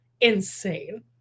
Insane